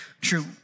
true